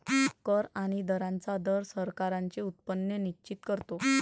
कर आणि दरांचा दर सरकारांचे उत्पन्न निश्चित करतो